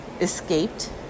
Escaped